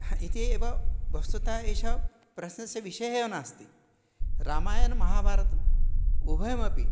इति एव वस्तुतः एषा प्रश्नस्य विषयः एव नास्ति रामायणमहाभारतम् उभयमपि